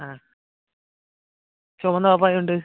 ആ ചൊമന്ന പപ്പായ ഉണ്ട്